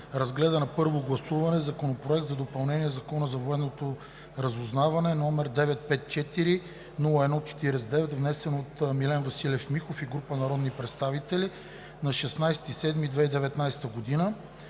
разгледа за първо гласуване Законопроект за допълнение на Закона за военното разузнаване, № 954-01-49, внесен от Милен Василев Михов и група народни представители на 16 юли 2019 г.